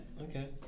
Okay